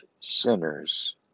sinners